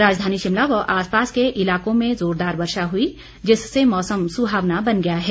राजधानी शिमला व आसपास के इलाकों में जोरदार वर्षा हुई जिससे मौसम सुहावना बन गया है